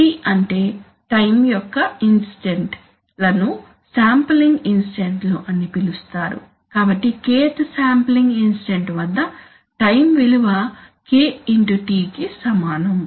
T అంటే time యొక్క instant లను శాంప్లింగ్ ఇన్స్టంట్ లు అని పిలుస్తారు కాబట్టి Kth శాంప్లింగ్ ఇన్స్టంట్ వద్ద టైం విలువ k X t కి సమానం